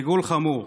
ריגול חמור,